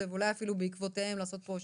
ואולי אפילו בעקבותיהם לעשות פה שינויים.